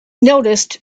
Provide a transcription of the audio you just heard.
noticed